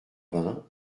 vingt